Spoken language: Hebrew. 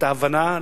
את ההבנה,